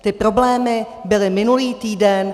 Ty problémy byly minulý týden.